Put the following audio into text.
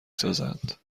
سازند